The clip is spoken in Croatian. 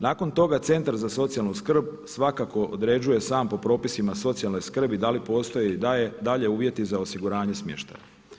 Nakon toga centar za socijalnu skrb svakako određuje sam po propisima socijalne skrbi da li postoji i dalje uvjeti za osiguranje smještaja.